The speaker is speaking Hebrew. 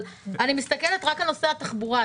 אני מסתכלת רק על נושא התחבורה,